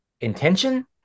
intention